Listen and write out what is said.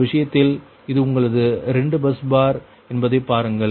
அந்த விஷயத்தில் இது உங்களது 2 பஸ் பார் என்பதை பாருங்கள்